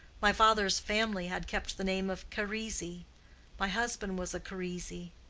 my father's family had kept the name of charisi my husband was a charisi.